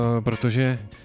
protože